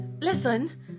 Listen